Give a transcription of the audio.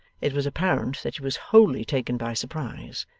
it was apparent that she was wholly taken by surprise,